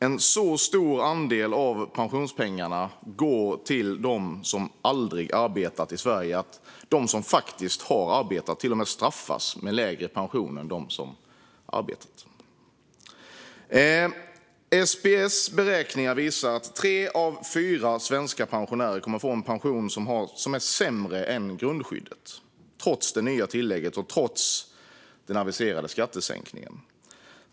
En så stor andel av pensionspengarna går till dem som aldrig arbetat i Sverige att de som faktiskt har arbetat till och med straffas med lägre pension än de som inte har arbetat. SPF:s beräkningar visar att tre av fyra svenska pensionärer kommer att få en pension som är sämre än grundskyddet, trots det nya tillägget och trots den aviserade skattesänkningen.